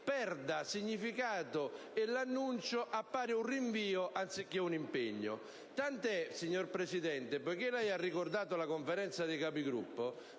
perda significato e l'annuncio appaia un rinvio, anziché un impegno. Tant'è, signora Presidente. Ma visto che lei ha ricordato la Conferenza dei Capigruppo,